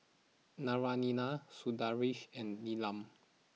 Naraina Sundaraiah and Neelam